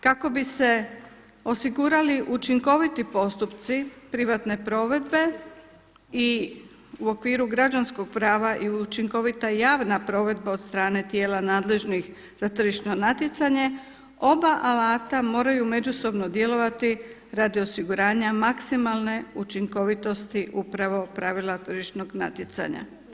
Kako bi se osigurali učinkoviti postupci privatne provedbe i u okviru građanskog prava i učinkovita javna provedba od strane tijela nadležnih za tržišno natjecanje, oba alata moraju međusobno djelovati radi osiguranja maksimalne učinkovitosti upravo pravila tržišnog natjecanja.